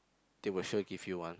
they will sure give you one